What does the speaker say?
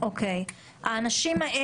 האנשים האלה